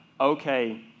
okay